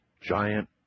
giant